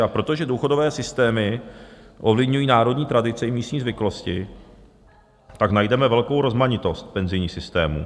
A protože důchodové systémy ovlivňují národní tradice i místní zvyklosti, najdeme velkou rozmanitost penzijních systémů.